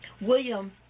William